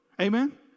Amen